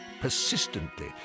persistently